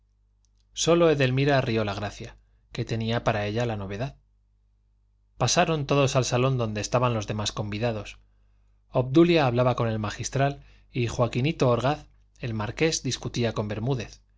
es en justa venganza sólo edelmira río la gracia que tenía para ella novedad pasaron todos al salón donde estaban los demás convidados obdulia hablaba con el magistral y joaquinito orgaz el marqués discutía con bermúdez